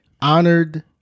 honored